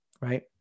right